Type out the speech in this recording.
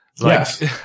Yes